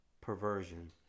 perversion